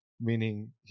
meaning